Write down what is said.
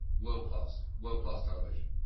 world class, world class television.